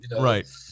right